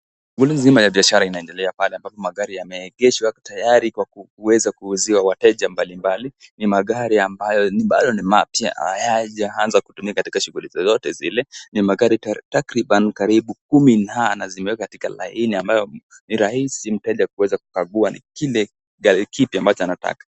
Shughuli nzima ya biashra inendelea pale ambapo magari yameegeshwa tayari kwa kuweza kuuziwa wateja mbalimbali. Ni magari ambayo ni mapya na hayajaanza kutumika katika shughuli zozote zile. Ni magari karibu takriban kumi na na zimewekwa katika laini ambayo ni rahisi mteja kuweza kuchagua kile gari kipi ambacho anataka.